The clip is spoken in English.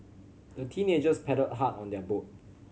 the teenagers paddled hard on their boat